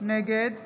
נגד